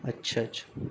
اچھا اچھا